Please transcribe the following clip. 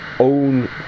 own